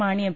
Mani M